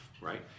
right